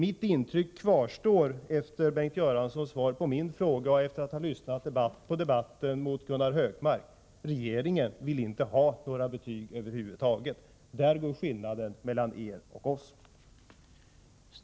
Mitt intryck kvarstår även efter det att jag fått Bengt Göranssons svar på min fråga och efter det att jag lyssnat på statsrådets debatt med Gunnar Hökmark: regeringen vill inte ha några betyg över huvud taget. Där går skiljelinjen mellan er och oss.